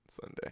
Sunday